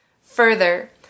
Further